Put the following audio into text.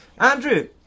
Andrew